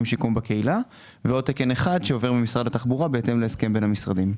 שיקום בקהילה ועוד תקן אחד שעובר ממשרד התחבורה בהתאם להסכם בין המשרדים.